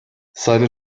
seine